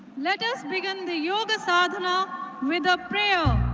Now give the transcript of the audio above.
let us begin the yoga sadina with a prayer